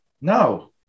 no